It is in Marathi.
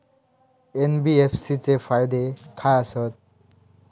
एन.बी.एफ.सी चे फायदे खाय आसत?